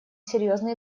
серьезны